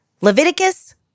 Leviticus